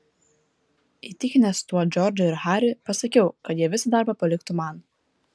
įtikinęs tuo džordžą ir harį pasakiau kad jie visą darbą paliktų man